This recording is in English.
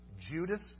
Judas